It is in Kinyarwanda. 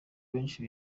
benshi